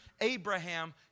abraham